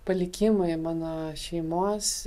palikimai mano šeimos